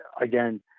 again